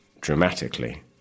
dramatically